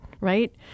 right